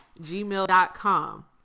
gmail.com